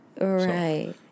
Right